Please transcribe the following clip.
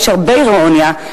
יש הרבה אירוניה,